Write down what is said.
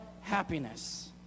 happiness